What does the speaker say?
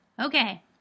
Okay